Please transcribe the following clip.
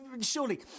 surely